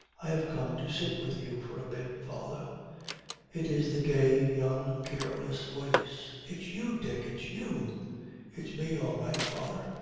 i have come to sit with you for a bit, father it is the gay, young, careless voice. it's you, dick it's you it's me all right, father.